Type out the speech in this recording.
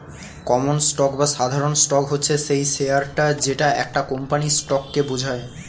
common stock বা সাধারণ stock হচ্ছে সেই শেয়ারটা যেটা একটা কোম্পানির স্টককে বোঝায়